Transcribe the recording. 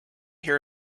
hear